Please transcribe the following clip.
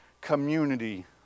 community